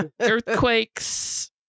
Earthquakes